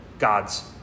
God's